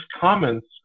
comments